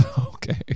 Okay